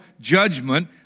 judgment